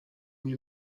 nie